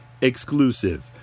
exclusive